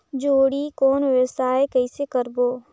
जोणी कौन व्यवसाय कइसे करबो?